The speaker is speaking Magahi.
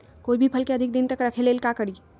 कोई भी फल के अधिक दिन तक रखे के ले ल का करी?